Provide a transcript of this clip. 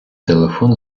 телефон